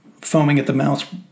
foaming-at-the-mouth